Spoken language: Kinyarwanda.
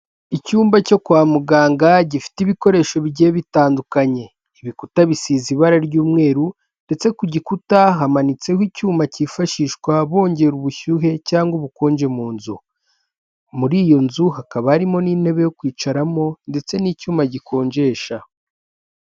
Icyumba cyo kwa muganga gifite ibikoresho bigiye bitandukanye, ibikuta bisize ibara ry'umweru ndetse ku gikuta hamanitseho icyuma cyifashishwa bongera ubushyuhe cyangwa ubukonje mu nzu. Muri iyo nzu hakaba harimo n'intebe yo kwicaramo ndetse n'icyuma gikonjesha.